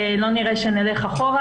לא נראה שנלך אחורה,